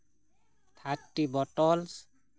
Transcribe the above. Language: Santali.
ᱛᱷᱟᱴᱴᱤ ᱵᱚᱴᱚᱞᱥ